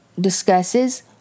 discusses